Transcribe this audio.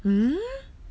hmm